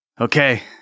okay